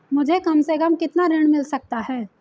मुझे कम से कम कितना ऋण मिल सकता है?